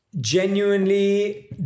genuinely